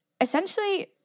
essentially